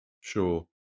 Sure